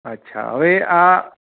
અચ્છા હવે આ